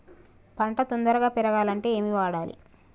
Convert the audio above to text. పంట తొందరగా పెరగాలంటే ఏమి వాడాలి?